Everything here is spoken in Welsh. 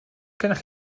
gennych